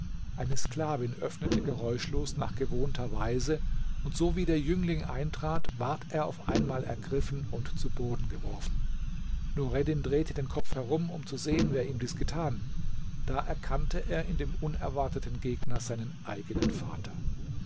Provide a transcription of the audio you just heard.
eine sklavin öffnete geräuschlos nach gewohnter weise und sowie der jüngling eintrat ward er auf einmal ergriffen und zu boden geworfen nureddin drehte den kopf herum um zu sehen wer ihm dies getan da erkannte er in dem unerwarteten gegner seinen eigenen vater